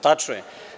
Tačno je.